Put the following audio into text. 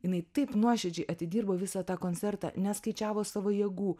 jinai taip nuoširdžiai atidirbo visą tą koncertą neskaičiavo savo jėgų